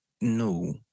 No